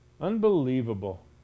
Unbelievable